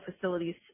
facilities